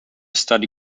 study